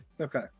Okay